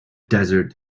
desert